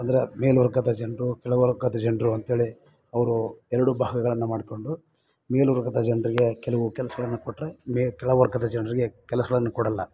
ಅಂದರೆ ಮೇಲ್ವರ್ಗದ ಜನರು ಕೆಳ್ವರ್ಗದ ಜನರು ಅಂತ್ಹೇಳಿ ಅವರು ಎರಡು ಭಾಗಗಳನ್ನು ಮಾಡ್ಕೊಂಡು ಮೇಲು ವರ್ಗದ ಜನರಿಗೆ ಕೆಲುವು ಕೆಲ್ಸಗಳನ್ನು ಕೊಟ್ಟರೆ ಮೆ ಕೆಳವರ್ಗದ ಜನರಿಗೆ ಕೆಲಸಗಳನ್ನು ಕೊಡಲ್ಲ